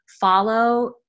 follow